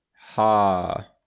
Ha